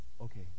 Okay